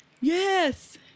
Yes